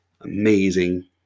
amazing